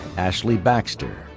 ashley baxter.